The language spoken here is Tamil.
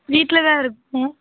வீட்டில் தான் இருக்கோம்